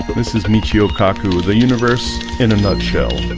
this is michio kaku the universe in a nutshell